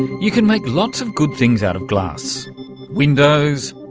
you can make lots of good things out of glass windows,